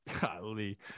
golly